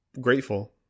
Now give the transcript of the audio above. grateful